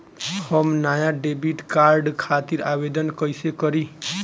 हम नया debit card खातिर आवेदन कईसे करी?